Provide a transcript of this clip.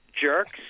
jerks